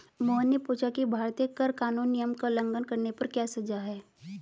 मोहन ने पूछा कि भारतीय कर कानून नियम का उल्लंघन करने पर क्या सजा है?